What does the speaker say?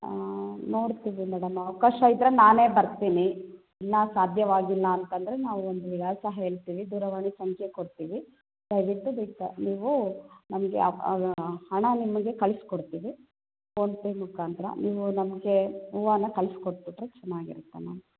ಹಾಂ ನೋಡ್ತೀವಿ ಮೇಡಮ್ ಅವಕಾಶ ಇದ್ದರೆ ನಾನೇ ಬರ್ತೀನಿ ಇಲ್ಲ ಸಾಧ್ಯವಾಗಿಲ್ಲ ಅಂತ ಅಂದರೆ ನಾವು ಒಂದು ವಿಳಾಸ ಹೇಳ್ತೀವಿ ದೂರವಾಣಿ ಸಂಖ್ಯೆ ಕೊಡ್ತೀವಿ ದಯವಿಟ್ಟು ನೀವು ನಮಗೆ ಹಣ ನಿಮಗೆ ಕಳಿಸ್ಕೊಡ್ತೀವಿ ಫೋನ್ಪೆ ಮುಖಾಂತರ ನೀವು ನಮಗೆ ಹೂವನ್ನ ಕಳಿಸ್ಕೊಟ್ಬಿಟ್ರೆ ಚೆನ್ನಾಗಿರುತ್ತೆ ಮ್ಯಾಮ್